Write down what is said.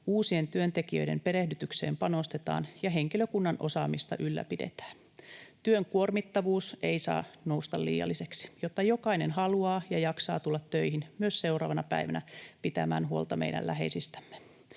uusien työntekijöiden perehdytykseen panostetaan ja henkilökunnan osaamista ylläpidetään. Työn kuormittavuus ei saa nousta liialliseksi, jotta jokainen haluaa ja jaksaa tulla töihin myös seuraavana päivänä pitämään huolta meidän läheisistämme.